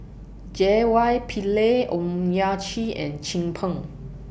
J Y Pillay Owyang Chi and Chin Peng